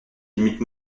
limite